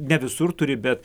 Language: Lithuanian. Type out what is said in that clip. ne visur turi bet